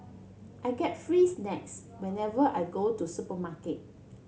I get free snacks whenever I go to supermarket